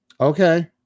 Okay